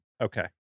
Okay